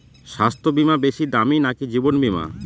স্বাস্থ্য বীমা বেশী দামী নাকি জীবন বীমা?